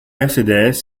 mercedes